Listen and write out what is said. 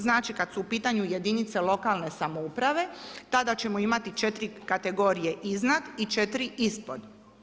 Znači kada su u pitanju jedinice lokalne samouprave tada ćemo imati 4 kategorije iznad i 4 ispod.